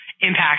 impact